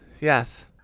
Yes